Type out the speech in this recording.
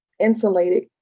insulated